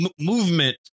movement